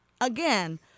again